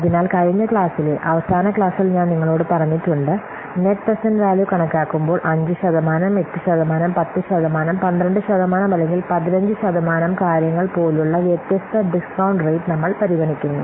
അതിനാൽ അവസാന ക്ലാസ്സിൽ ഞാൻ നിങ്ങളോട് പറഞ്ഞിട്ടുണ്ട് നെറ്റ് പ്രേസേന്റ്റ് വാല്യൂ കണക്കാക്കുമ്പോൾ 5 ശതമാനം 8 ശതമാനം 10 ശതമാനം 12 ശതമാനം അല്ലെങ്കിൽ 15 ശതമാനം കാര്യങ്ങൾ പോലുള്ള വ്യത്യസ്ത ഡിസ്കൌണ്ട് റേറ്റ് നമ്മൾ പരിഗണിക്കുന്നു